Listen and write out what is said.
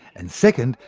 and second,